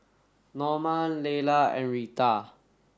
Norma Laylah and Rita